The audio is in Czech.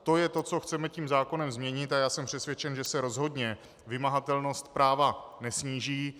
To je to, co chceme tím zákonem změnit, a já jsem přesvědčen, že se rozhodně vymahatelnost práva nesníží.